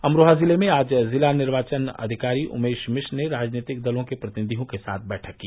अमरोहा ज़िले में आज ज़िला निर्वाचन अधिकारी उमेश मिश्र ने राजनीतिक दलों के प्रतिनिधियों के साथ बैठक की